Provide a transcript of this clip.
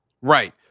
Right